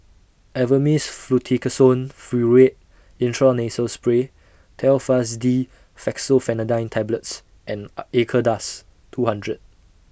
Avamys Fluticasone Furoate Intranasal Spray Telfast D Fexofenadine Tablets and Acardust two hundred